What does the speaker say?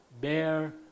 bear